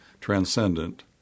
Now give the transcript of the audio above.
transcendent